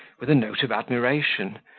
with a note of admiration,